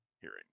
hearing